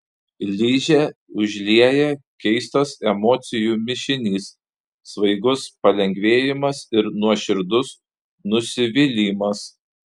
ližę užlieja keistas emocijų mišinys svaigus palengvėjimas ir nuoširdus nusivylimas